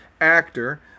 actor